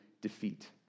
defeat